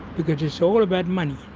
because it's all about money,